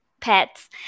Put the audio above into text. pets